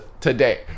today